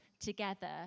together